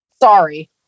Sorry